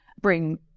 bring